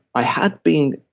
i had been